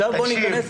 תקשיב,